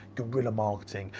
guerrilla marketing,